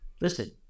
Listen